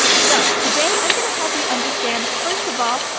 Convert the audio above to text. so today i'm gonna help you understand, first of all,